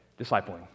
Discipling